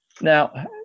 Now